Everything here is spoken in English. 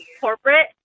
corporate